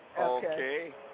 Okay